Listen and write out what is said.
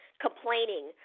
complaining